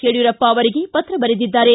ಯಡಿಯೂರಪ್ಪ ಅವರಿಗೆ ಪತ್ರ ಬರೆದಿದ್ದಾರೆ